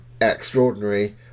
extraordinary